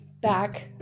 back